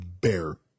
bear